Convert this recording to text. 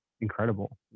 incredible